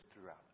throughout